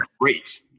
great